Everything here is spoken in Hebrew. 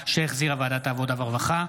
2024, שהחזירה ועדת העבודה והרווחה.